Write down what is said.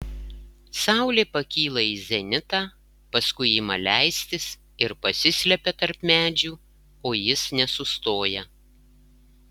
saulė pakyla į zenitą paskui ima leistis ir pasislepia tarp medžių o jis nesustoja